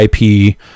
IP